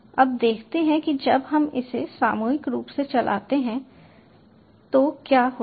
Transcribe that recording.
अब देखते हैं कि जब हम इसे सामूहिक रूप से चलाते हैं तो क्या होता है